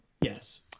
Yes